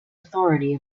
authority